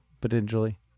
potentially